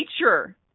nature